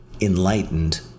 enlightened